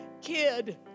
kid